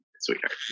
Sweetheart